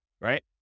Right